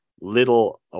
little